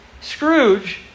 Scrooge